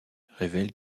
révèle